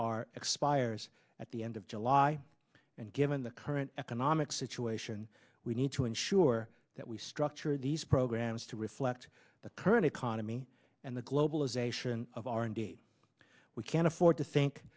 r expires at the end of july and given the current economic situation we need to ensure that we structure these programs to reflect the current economy and the globalization of r and d we can't afford to think